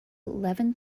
leven